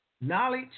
knowledge